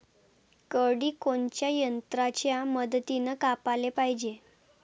करडी कोनच्या यंत्राच्या मदतीनं कापाले पायजे?